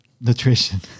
nutrition